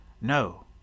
No